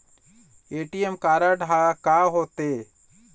ATM card हा का होते?